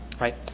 right